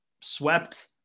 swept